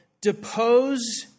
depose